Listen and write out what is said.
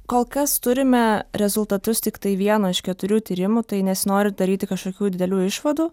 kol kas turime rezultatus tiktai vieno iš keturių tyrimų tai nesinori daryti kažkokių didelių išvadų